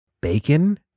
bacon